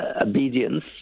obedience